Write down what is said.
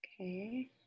Okay